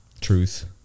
truth